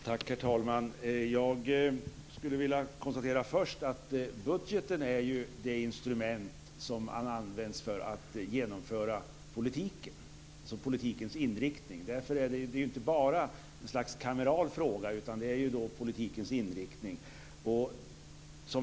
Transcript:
Herr talman! Jag skulle först vilja konstatera att budgeten är det instrument som används för att genomföra politikens inriktning. Det är inte bara en kameral fråga, utan det handlar om politikens inriktning.